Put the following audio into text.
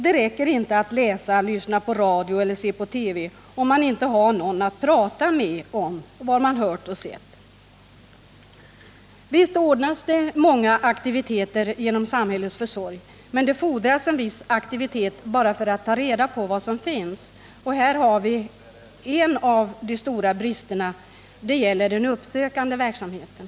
Det räcker inte att läsa, lyssna på radio eller se på TV, om man inte har någon att prata med om vad man hört och sett. Visst ordnas det många aktivitet2r genom samhällets försorg, men det fordras en viss aktivitet bara för att ta reda på vad som finns. Och här har vien Nr 110 av de största bristerna. Det gäller den uppsökande verksamheten.